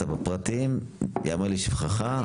אתה בפרטים, ייאמר לשבחך.